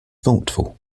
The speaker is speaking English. thoughtful